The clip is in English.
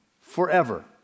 forever